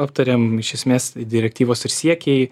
aptarėm iš esmės direktyvos ir siekiai